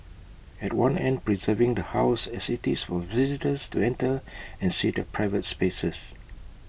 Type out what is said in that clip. at one end preserving the house as IT is for visitors to enter and see the private spaces